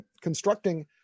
constructing